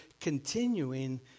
continuing